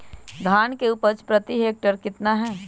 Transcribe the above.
धान की उपज प्रति हेक्टेयर कितना है?